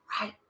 right